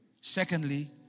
Secondly